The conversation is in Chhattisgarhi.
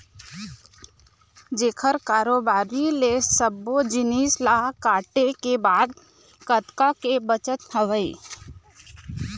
जेखर कारोबारी ले सब्बो जिनिस ल काटे के बाद कतका के बचत हवय